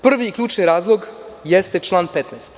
Prvi i ključni razlog jeste član 15.